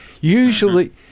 Usually